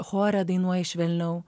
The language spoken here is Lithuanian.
chore dainuoja švelniau